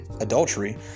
adultery